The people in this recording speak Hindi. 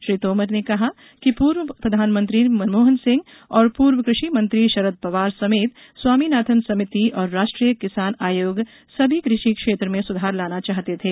श्री तोमर ने कहा कि पूर्व प्रधानमंत्री मनमोहन सिंह और पूर्व कृ षि मंत्री शरद पवार समेत स्वामीनाथन समिति और राष्ट्रीय किसान आयोग सभी कृषि क्षेत्र में सुधार लाना चाहते थे